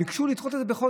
ביקשו לדחות את זה בחודש,